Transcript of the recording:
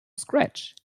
scratch